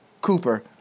Cooper